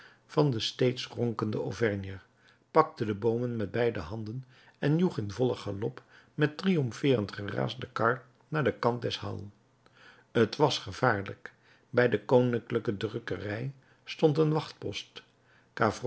van den steeds ronkenden auvergner pakte de boomen met beide handen en joeg in vollen galop met triompheerend geraas de kar naar den kant des halles t was gevaarlijk bij de koninklijke drukkerij stond een